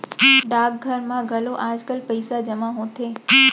डाकघर म घलौ आजकाल पइसा जमा होथे